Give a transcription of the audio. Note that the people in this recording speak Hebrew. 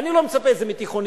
אני לא מצפה לזה מתיכוניסטים,